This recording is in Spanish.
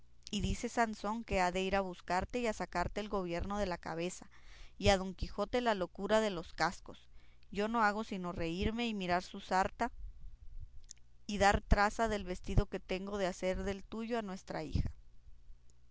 y dice sansón que ha de ir a buscarte y a sacarte el gobierno de la cabeza y a don quijote la locura de los cascos yo no hago sino reírme y mirar mi sarta y dar traza del vestido que tengo de hacer del tuyo a nuestra hija